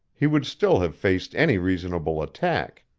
he would still have faced any reasonable attack.